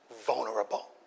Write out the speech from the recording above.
vulnerable